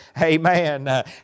Amen